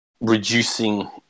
reducing